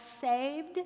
saved